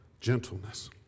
gentleness